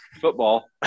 football